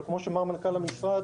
אבל כמו שאמר מנכ"ל המשרד,